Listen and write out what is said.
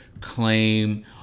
claim